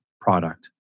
product